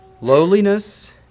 Lowliness